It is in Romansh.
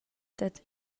dad